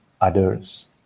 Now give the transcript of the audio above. others